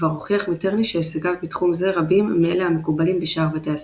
כבר הוכיח מיטרני שהישגיו בתחום זה רבים מאלה המקובלים בשאר בתי הספר,